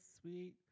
sweet